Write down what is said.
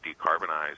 decarbonize